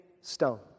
stone